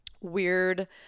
weird